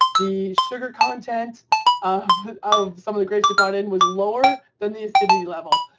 the sugar content of of some of the gray chiponin was lower than the acidity level.